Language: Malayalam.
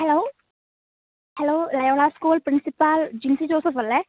hello hello Loyola school principal Jincy Joseph അല്ലേ